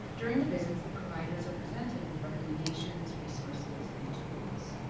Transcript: during the visits, the providers are presented with recommendations, resources, and tools.